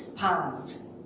paths